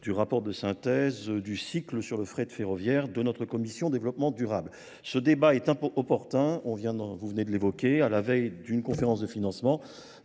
du rapport de synthèse du cycle sur le frais de ferroviaire de notre commission développement durable. Ce débat est opportun, vous venez de l'évoquer, à la veille d'une conférence de financement.